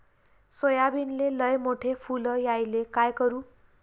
सोयाबीनले लयमोठे फुल यायले काय करू?